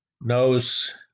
knows